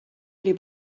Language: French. les